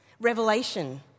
Revelation